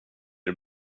det